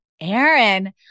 Aaron